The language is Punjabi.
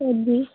ਹਾਂਜੀ